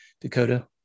Dakota